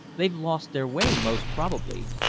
they've lost their way most probably.